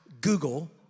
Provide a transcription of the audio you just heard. Google